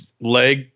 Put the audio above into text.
leg